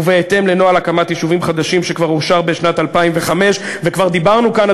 ובהתאם לנוהל הקמת יישובים חדשים שכבר אושר בשנת 2005. וכבר דיברנו כאן,